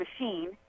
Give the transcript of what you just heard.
machine